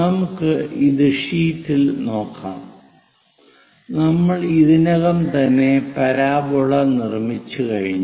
നമുക്ക് ഇത് ഷീറ്റിൽ നോക്കാം നമ്മൾ ഇതിനകം തന്നെ പരാബോള നിർമ്മിച്ചു കഴിഞ്ഞു